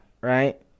right